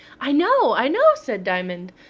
i know, i know! said diamond.